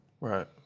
Right